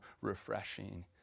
refreshing